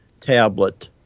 tablet